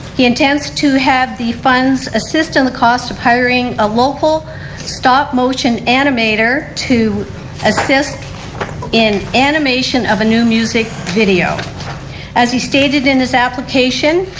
he intend to have the funds assist in the cost of hiring a local stop motion animator to assist in animation of a new music video as he stated in his application,